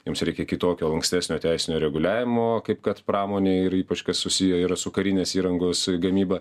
jiems reikia kitokio lankstesnio teisinio reguliavimo kaip kad pramonėj ir ypač kas susiję yra su karinės įrangos e gamyba